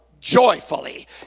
joyfully